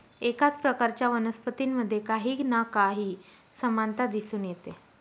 एकाच प्रकारच्या वनस्पतींमध्ये काही ना काही समानता दिसून येते